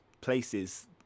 places